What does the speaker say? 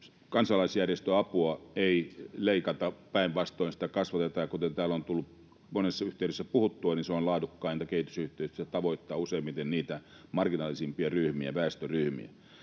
kansalaisjärjestöapua ei leikata, päinvastoin sitä kasvatetaan, ja kuten täällä on tullut monessa yhteydessä puhuttua, niin se on laadukkainta kehitysyhteistyötä. Se tavoittaa useimmiten niitä marginaalisimpia ryhmiä, väestöryhmiä.